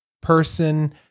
person